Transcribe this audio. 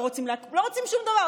לא רוצים שום דבר.